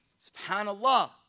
SubhanAllah